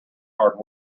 hard